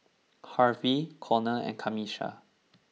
Harvy Conor and Camisha